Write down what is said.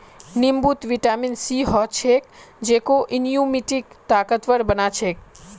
नींबूत vitamin C ह छेक जेको इम्यूनिटीक ताकतवर बना छेक